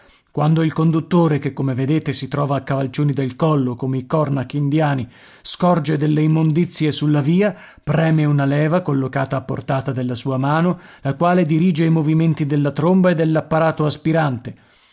quando il conduttore che come vedete si trova a cavalcioni del collo come i cornac indiani scorge delle immondizie sulla via preme una leva collocata a portata della sua mano la quale dirige i movimenti della tromba e dell'apparato aspirante